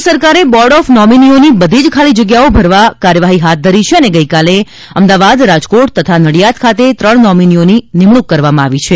રાજ્ય સરકારે board of નોમિનીઓની બધી જ ખાલી જગ્યાઓ ભરવા કાર્યવાહી હાથ ધરી છે અને ગઇકાલે અમદાવાદ રાજકોટ તથા નડિયાદ ખાતે ત્રણ નોમિનીઓની નિમણૂંક કરવામાં આવી છે